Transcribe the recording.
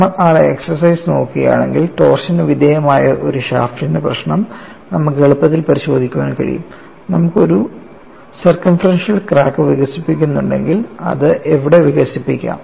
നമ്മൾ ആ എക്സർസൈസ് നോക്കുകയാണെങ്കിൽ ടോർഷന് വിധേയമായ ഒരു ഷാഫ്റ്റിന്റെ പ്രശ്നം നമുക്ക് എളുപ്പത്തിൽ പരിശോധിക്കാൻ കഴിയും നമുക്ക് ഒരു സർക്കംഫറൻഷ്യൽ ക്രാക്ക് വികസിപ്പിച്ചെടുത്തിട്ടുണ്ടെങ്കിൽ അത് എവിടെ വികസിക്കാം